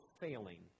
failing